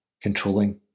controlling